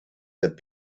had